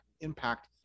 impact